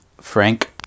Frank